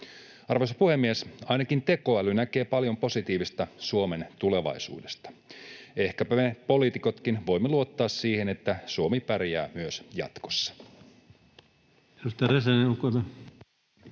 Arvoisa puhemies! Ainakin tekoäly näkee paljon positiivista Suomen tulevaisuudesta. Ehkäpä me poliitikotkin voimme luottaa siihen, että Suomi pärjää myös jatkossa.